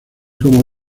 como